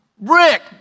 Rick